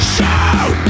Shoot